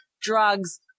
drugs